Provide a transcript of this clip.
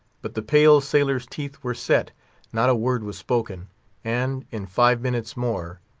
but the pale sailors' teeth were set not a word was spoken and, in five minutes more,